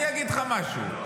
אני אגיד לך משהו,